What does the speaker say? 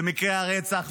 במקרי הרצח,